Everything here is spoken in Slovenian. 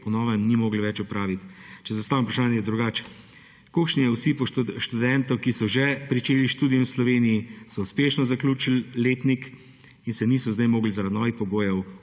po novem ni moglo več opraviti? Če zastavim vprašanje drugače: Kolikšen je osip študentov, ki so že pričeli študij v Sloveniji, so uspešno zaključili letnik in se niso zdaj mogli zaradi novih pogojev